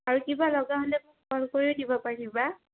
আৰু কিবা লগা হ'লে মোক কল কৰিও দিব পাৰিবা